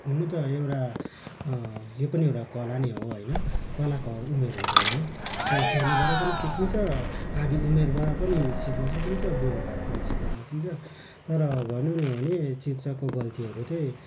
हुनु त एउटा यो पनि एउटा कला नै हो होइन कलाको उमेर हुँदैन त्यो सानोबाट पनि सिकिन्छ आधी उमेरबाट पनि सिक्न सकिन्छ बुढो भएर पनि सिक्न सकिन्छ तर भनौँ नै हो भने चित्रको गल्तीहरू त्यही